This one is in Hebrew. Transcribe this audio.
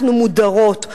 אנחנו מודרות.